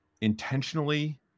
intentionally